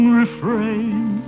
refrain